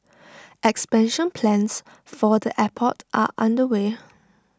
expansion plans for the airport are underway